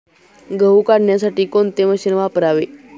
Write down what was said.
गहू काढण्यासाठी कोणते मशीन वापरावे?